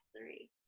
three